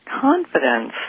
confidence